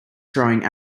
throwing